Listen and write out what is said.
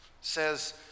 says